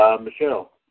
Michelle